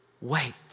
wait